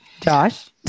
Josh